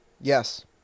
Yes